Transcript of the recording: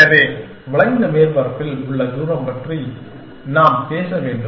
எனவே வளைந்த மேற்பரப்பில் உள்ள தூரம் பற்றி நாம் பேச வேண்டும்